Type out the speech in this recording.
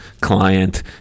client